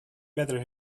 better